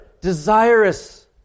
desirous